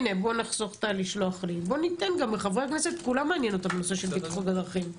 כל חברי הכנסת מעניין אותם הנושא של בטיחות בדרכים,